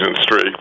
streak